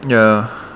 ya